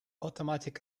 automatic